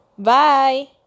Bye